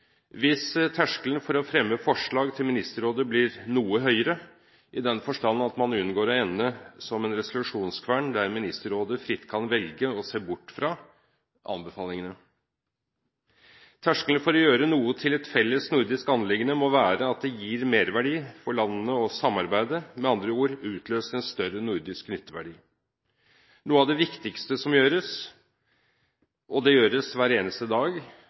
hvis terskelen for å fremme forslag til Ministerrådet blir noe høyere, i den forstand at man unngår å ende som en resolusjonskvern der Ministerrådet fritt kan velge å se bort fra anbefalingene. Terskelen for å gjøre noe til et felles nordisk anliggende må være at det gir merverdi for landene å samarbeide, med andre ord utløser en større nordisk nytteverdi. Noe av det viktigste som gjøres, og det gjøres hver eneste dag,